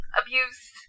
abuse